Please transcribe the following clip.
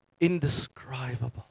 Indescribable